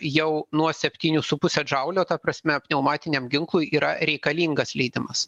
jau nuo septynių su puse jaulių ta prasme pneumatiniam ginklui yra reikalingas leidimas